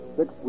six